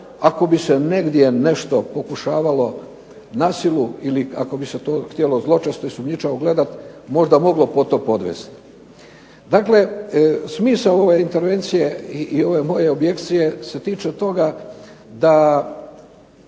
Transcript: ako bi se negdje nešto pokušavalo na silu ili ako bi se to htjelo zločesto i sumnjičavo gledati možda moglo pod to podvesti. Dakle, smisao ove intervencije i ove moje objekcije se tiče toga da